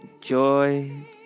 joy